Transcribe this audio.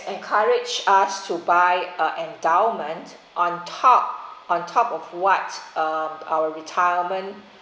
encourage us to buy uh endowment on top on top of what uh our retirement